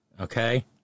okay